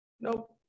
nope